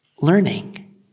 learning